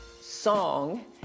song